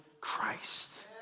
Christ